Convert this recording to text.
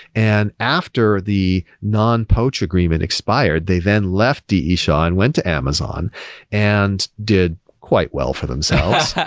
and after the non-poached agreement expired, they then left d e. shaw and went to amazon and did quite well for themselves. yeah